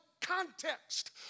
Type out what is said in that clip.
context